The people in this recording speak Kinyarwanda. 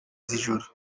z’ijoro